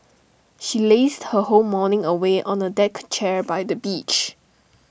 she lazed her whole morning away on A deck chair by the beach